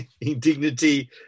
Indignity